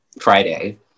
Friday